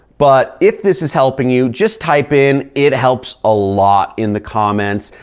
but if this is helping you, just type in, it helps a lot in the comments.